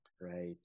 Right